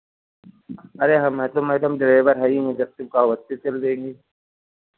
अरे हम हैं तो मैडम ड्राइवर हई हैं जब तुम कहो चल देंगे